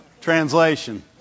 translation